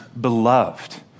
Beloved